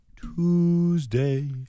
Tuesday